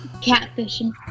Catfishing